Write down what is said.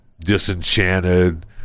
disenchanted